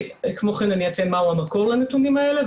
כמו כן אני אציין מה הוא המקור לנתונים האלה,